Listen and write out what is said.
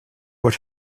what